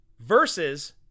versus